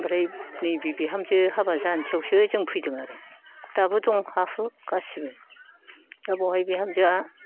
ओमफ्राय नैबे बिहामजो हाबा जानोसैयावसो जों फैदों आरो दाबो दं हा हु गासैबो दा बेवहाय बिहामजोआ